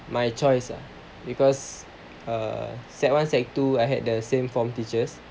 my choice ah because err sec one sec two I had the same form teachers